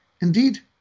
Indeed